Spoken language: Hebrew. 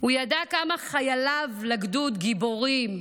הוא ידע כמה חייליו לגדוד גיבורים,